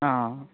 ꯑꯥ